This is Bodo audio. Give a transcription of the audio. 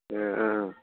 ए